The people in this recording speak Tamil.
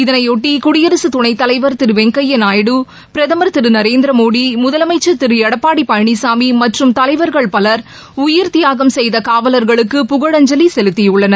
இதனையொட்டி குடியரசுத் துணைத் தலைவர் திரு வெங்கய்யா நாயுடு பிரதமர் திரு நரேந்திர மோடி முதலமைச்சர் திரு எடப்பாடி பழனிசாமி மற்றும் தலைவர்கள் பலர் உயிர்த்தியாகம் செய்த காவலர்களுக்கு புகழஞ்சலி செலுத்தியுள்ளனர்